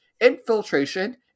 infiltration